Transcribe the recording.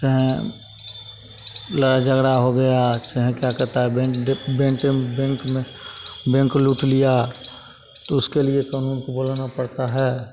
चाहें लड़ाई झगड़ा हो गया चाहें क्या कहता है बेन बेनटेन बेंक में बेंक लूट लिया तो उसके लिए कानून को बुलाना पड़ता है